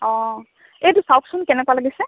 অঁ এইটো চাওকচোন কেনেকুৱা লাগিছে